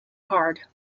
card